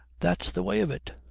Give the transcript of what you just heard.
that's the way of it.